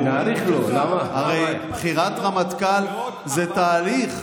הרי בחירת רמטכ"ל זה תהליך.